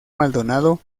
maldonado